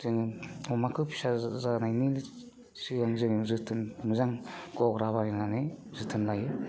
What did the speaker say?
जों अमाफोरखो जोनोम जानायनि सिगां मोजां गग्रा बानायनाने जोथोन लायो